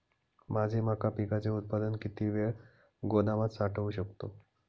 माझे मका पिकाचे उत्पादन किती वेळ गोदामात साठवू शकतो?